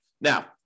Now